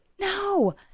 no